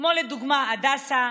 כמו הדסה,